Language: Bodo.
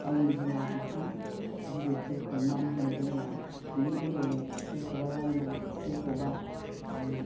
गावनि बिमा बिफा गिदिरफोरखौ मान होनो रोंला बिनि बदलै सोरखौबा रायनाय सोरखौबा